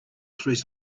through